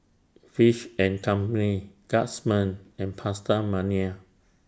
Fish and Company Guardsman and PastaMania